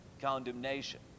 condemnation